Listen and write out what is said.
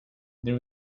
there